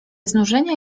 znużenia